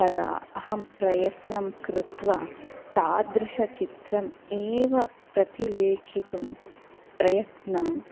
तदा अहं प्रयत्नं कृत्वा तादृशचित्रम् एव प्रतिलेखितुं प्रयत्नं